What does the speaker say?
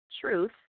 truth